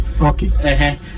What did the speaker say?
Okay